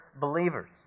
believers